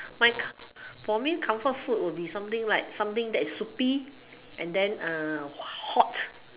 my co~ for me comfort would be something like something that is soupy and then like hot